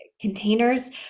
containers